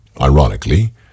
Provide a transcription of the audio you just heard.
Ironically